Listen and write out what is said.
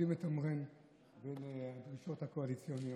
יודעים לתמרן בין הדרישות הקואליציוניות.